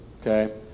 Okay